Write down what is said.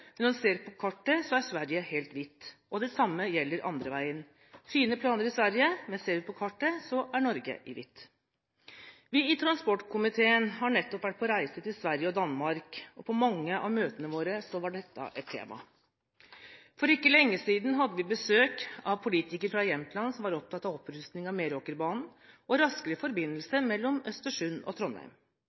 men når en ser på kartet, så er Sverige helt hvitt. Og det samme gjelder andre veien: Det er fine planer i Sverige, men ser vi på kartet, så er Norge i hvitt. Vi i transportkomiteen har nettopp vært på reise til Sverige og Danmark, og på mange av møtene våre var dette et tema. For ikke lenge siden hadde vi besøk av politikere fra Jämtland som var opptatt av opprustning av Meråkerbanen og raskere forbindelse mellom Østersund og Trondheim,